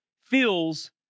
feels